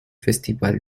festival